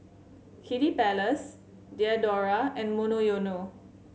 Kiddy Palace Diadora and Monoyono